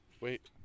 wait